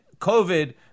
COVID